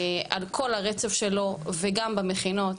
על כל הרצף שלו וגם במכינות.